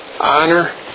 honor